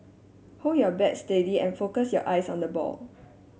hold your bat steady and focus your eyes on the ball